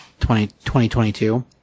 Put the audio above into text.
2022